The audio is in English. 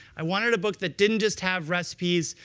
i wanted a book that didn't just have recipes,